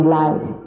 life